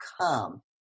come